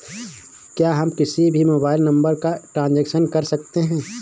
क्या हम किसी भी मोबाइल नंबर का ट्रांजेक्शन कर सकते हैं?